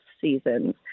seasons